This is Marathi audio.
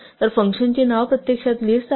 तर फंक्शनचे नाव प्रत्यक्षात लिस्ट आहे